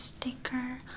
sticker